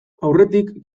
aurretik